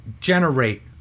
generate